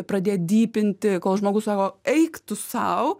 pradėt dypinti kol žmogus sako eik tu sau